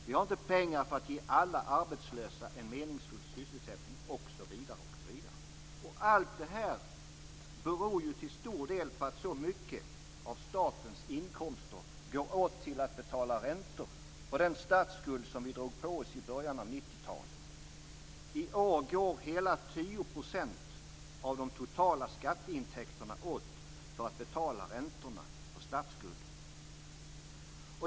Vi har inte pengar för att ge alla arbetslösa en meningsfull sysselsättning osv. Och allt detta beror till stor del på att så mycket av statens inkomster går åt till att betala räntor på den statsskuld som vi drog på oss i början av 90-talet. I år går hela 10 % av de totala skatteintäkterna åt för att betala räntorna på statsskulden.